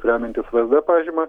remiantis vsd pažyma